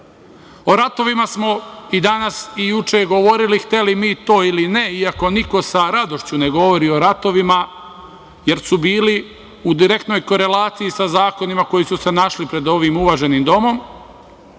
O ratovima smo i danas i juče govorili, hteli mi to ili ne, iako niko sa radošću ne govori o ratovima, jer su bili u direktnoj korelaciji sa zakonima koji su se našli pred ovim uvaženim domom